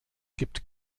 gibt